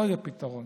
לא יהיה פתרון.